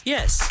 Yes